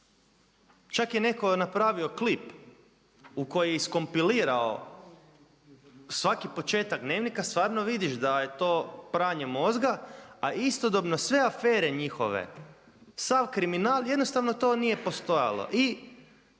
čak je neko napravio klip u koji je iskompilirao svaki početak Dnevnika, stvarno vidiš da je to pranje mozga. A istodobno sve afere njihove, sav kriminal jednostavno to nije postojalo.